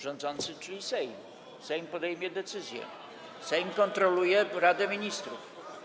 Rządzący, czyli Sejm - Sejm podejmuje decyzje, Sejm kontroluje Radę Ministrów.